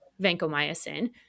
vancomycin